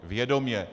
Vědomě.